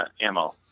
Ammo